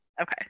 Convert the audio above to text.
Okay